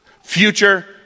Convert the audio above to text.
Future